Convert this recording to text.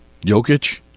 Jokic